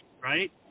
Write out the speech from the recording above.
Right